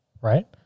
right